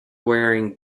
wearing